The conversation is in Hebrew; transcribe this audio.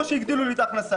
כמו שהגדילו לי את ההכנסה,